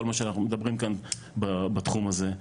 כל מה שאנחנו מדברים כאן בתחום הזה,